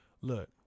Look